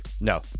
no